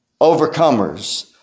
overcomers